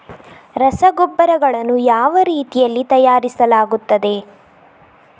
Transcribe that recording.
ರಸಗೊಬ್ಬರಗಳನ್ನು ಯಾವ ರೀತಿಯಲ್ಲಿ ತಯಾರಿಸಲಾಗುತ್ತದೆ?